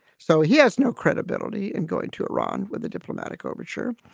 so he has no credibility in going to iran with a diplomatic overture.